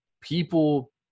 people